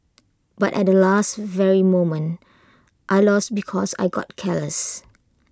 but at last very moment I lost because I got careless